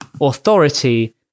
Authority